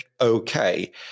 okay